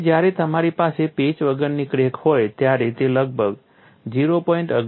તેથી જ્યારે તમારી પાસે પેચ વગરની ક્રેક હોય ત્યારે તે લગભગ 0